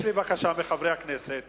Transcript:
יש לי בקשה מחברי הכנסת